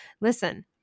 listen